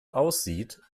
aussieht